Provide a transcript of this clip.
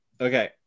Okay